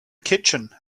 kitchen